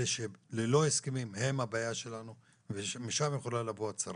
אלה שללא הסכמים הם הבעיה שלנו ומשם יכולה לבוא הצרה.